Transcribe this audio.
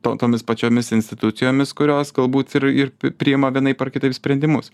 to tomis pačiomis institucijomis kurios galbūt ir ir priima vienaip ar kitaip sprendimus